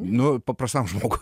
nu paprastam žmogui